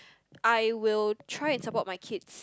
I will try and support my kids